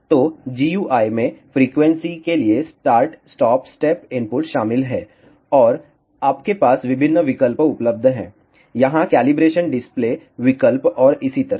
तो GUI में frequency के लिए स्टार्ट स्टॉप स्टेप इनपुट शामिल हैं और आपके पास विभिन्न विकल्प उपलब्ध हैं यहाँ कैलिब्रेशन डिस्प्ले विकल्प और इसी तरह